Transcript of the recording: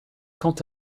quant